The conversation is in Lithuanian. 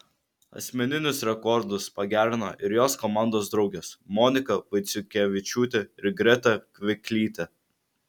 asmeninius rekordus pagerino ir jos komandos draugės monika vaiciukevičiūtė ir greta kviklytė